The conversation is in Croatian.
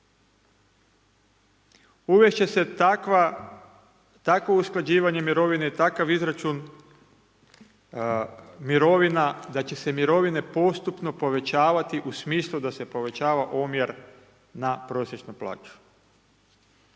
Uvesti će se takvo usklađivanje mirovine i takav izračun mirovina da će se mirovine postupno povećavati u smislu da se povećava omjer na prosječnu plaću.